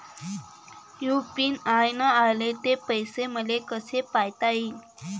UPI न आले ते पैसे मले कसे पायता येईन?